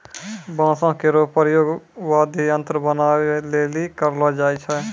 बांसो केरो प्रयोग वाद्य यंत्र बनाबए लेलि करलो जाय छै